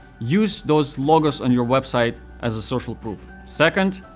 use those logos on your website as social proof. second,